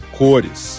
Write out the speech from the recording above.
cores